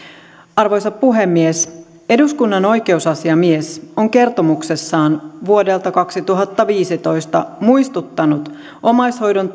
arvoisa puhemies eduskunnan oikeusasiamies on kertomuksessaan vuodelta kaksituhattaviisitoista muistuttanut omaishoidon